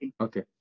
Okay